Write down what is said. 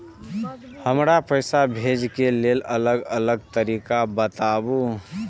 हमरा पैसा भेजै के लेल अलग अलग तरीका बताबु?